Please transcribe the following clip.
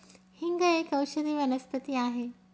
हिंग एक औषधी वनस्पती आहे